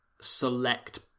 select